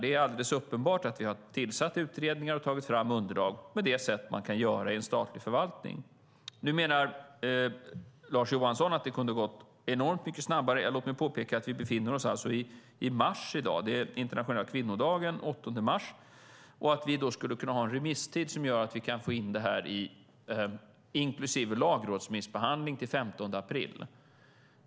Det är alldeles uppenbart att vi har tillsatt utredningar och tagit fram underlag på det sätt man kan göra i en statlig förvaltning. Nu menar Lars Johansson att det kunde ha gått enormt mycket snabbare. Låt mig påpeka att vi i dag befinner oss i mars. Det är den internationella kvinnodagen den 8 mars. Det är svårt att se att vi skulle kunna ha en remisstid så att vi skulle kunna få in det inklusive lagrådsremissbehandling till den 15 april.